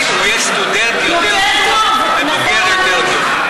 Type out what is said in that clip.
הוא יהיה סטודנט יותר טוב ובוגר יותר טוב.